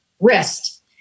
wrist